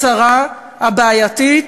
הצרה, הבעייתית,